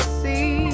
see